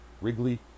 Wrigley